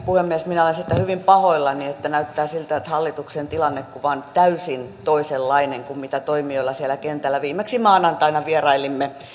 puhemies minä olen siitä hyvin pahoillani että näyttää siltä että hallituksen tilannekuva on täysin toisenlainen kuin mitä toimijoilla siellä kentällä viimeksi maanantaina vierailimme